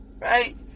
Right